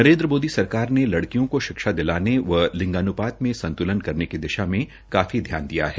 नरेन्द्र मोदी सरकाार ने लड़कियों का शिक्षा दिलाने व लिंगान्पात में संत्लन करने की दिशा में काफी ध्यान दिया है